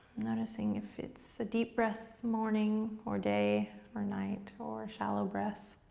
noticing if it's a deep breath, morning or day or night, or shallow breath.